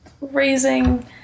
raising